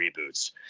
reboots